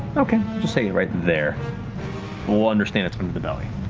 okay. i'll just say you're right there, and we'll understand it's under the belly.